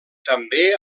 també